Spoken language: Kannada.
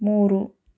ಮೂರು